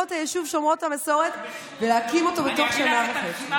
היישוב שומרות המסורת ולהקים אותו בתוך שנה וחצי.